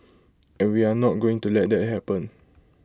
and we are not going to let that happen